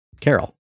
carol